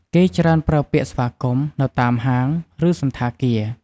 គេច្រើនប្រើពាក្យស្វាគមន៍ នៅតាមហាង ឬសណ្ឋាគារ ។